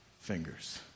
fingers